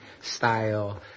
style